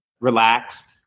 relaxed